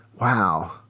Wow